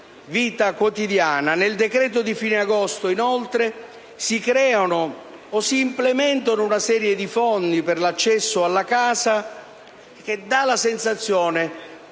vita quotidiana. Nel decreto di fine agosto, inoltre, si creano o si implementano una serie di fondi per l'accesso alla casa, con il che si dà la sensazione